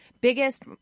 biggest